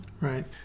Right